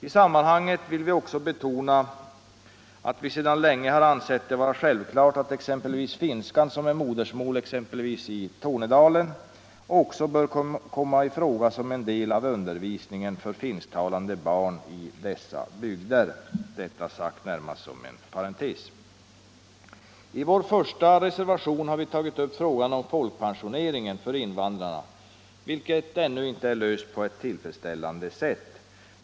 I sammanhanget vill vi också betona att vi sedan länge ansett det vara självklart att exempelvis finskan, som är modersmål i bl.a. Tornedalen, bör komma i fråga som del av undervisningen för finsktalande barn i dessa bygder — detta sagt närmast som en parentes. I vår första reservation har vi tagit upp frågan om folkpensioneringen för invandrarna, vilken ännu inte har lösts på ett tillfredsställande sätt.